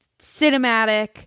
cinematic